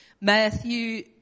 Matthew